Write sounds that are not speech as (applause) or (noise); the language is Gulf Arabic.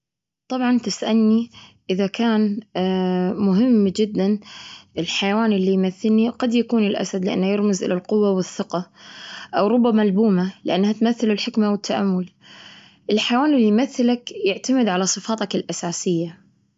طبعا، تسألني إذا كان (hesitation) مهم جدا الحيوان اللي يمثلني، قد يكون الأسد لأنه يرمز إلى القوة والثقة، أو ربما البومة لأنها تمثل الحكمة والتأمل. الحيوان اللي يمثلك يعتمد على صفاتك الأساسية.